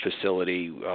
facility